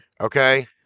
okay